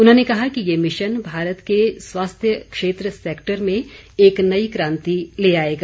उन्होंने कहा कि यह मिशन भारत के स्वास्थ्य क्षेत्र सेक्टर में एक नई क्रांति ले आएगा